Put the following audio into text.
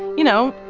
you know,